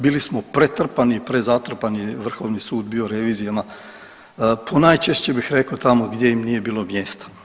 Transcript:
Bili smo pretrpani i prezatrpani, vrhovni sud bio revizijama, ponajčešće bih rekao tamo gdje im bilo nije mjesta.